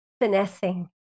finessing